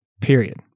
Period